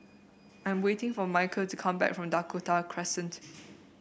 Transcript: I'm waiting for Mikel to come back from Dakota Crescent